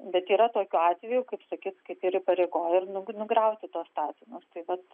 bet yra tokių atvejų kaip sakyt kaip ir įpareigoja nugriauti tuos statinius tai vat